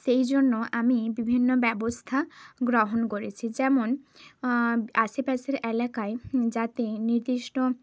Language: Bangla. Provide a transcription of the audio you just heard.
সেই জন্য আমি বিভিন্ন ব্যবস্থা গ্রহণ করেছি যেমন আশেপাশের এলাকায় যাতে নির্দিষ্ট